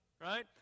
right